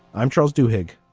i'm charles duhigg.